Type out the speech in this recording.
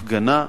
הפגנה,